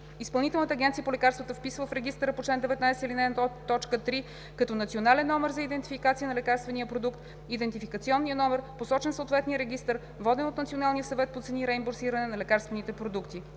Изпълнителната агенция по лекарствата вписва в регистъра по чл. 19, ал. 1, т. 3 като национален номер за идентификация на лекарствения продукт идентификационния номер, посочен в съответния регистър, воден от Националния съвет по цени и реимбурсиране на лекарствените продукти.